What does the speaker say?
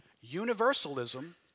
Universalism